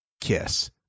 kiss